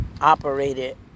operated